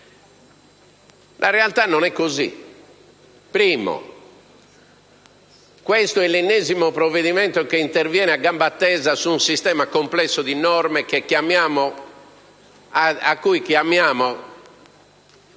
La realtà non è questa. Primo. Questo è l'ennesimo provvedimento che interviene a gamba tesa su un sistema complesso di norme alla cui attuazione